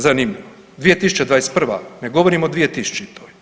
Zanimljivo, 2021., ne govorimo 2000.